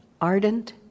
ardent